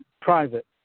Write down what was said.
private